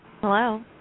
Hello